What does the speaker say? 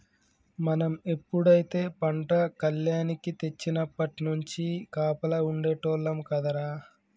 మనం ఎప్పుడైతే పంట కల్లేనికి తెచ్చినప్పట్నుంచి కాపలా ఉండేటోల్లం కదరా